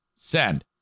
Send